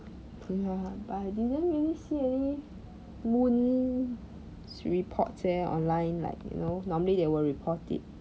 but I didn't really say any moon reports eh online like you know normally they will report it